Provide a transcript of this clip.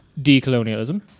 decolonialism